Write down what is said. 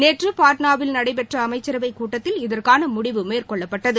நேற்று பாட்னாவில் நடைபெற்ற அமைச்சரவைக்கூட்டத்தில் இதற்கான முடிவு மேற்கொள்ளப்பட்டது